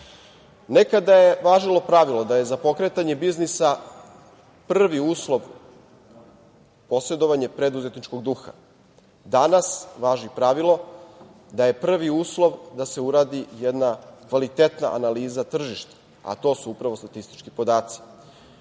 Nekada je važilo pravilo da je za pokretanje biznisa prvi uslov posedovanje preduzetničkog duha. Danas važi pravilo da je prvi uslov da se uradi jedna kvalitetna analiza tržišta, a to su upravo statistički podaci. Možda